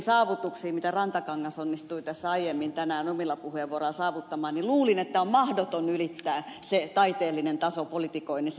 rantakangas onnistui tässä aiemmin tänään omilla puheenvuoroillaan yltämään niin luulin että on mahdotonta ylittää se taiteellinen taso politikoinnissa mihin ed